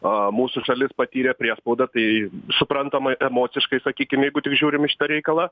a mūsų šalis patyrė priespaudą tai suprantamai emociškai sakykim jeigu tik žiūrim į šitą reikalą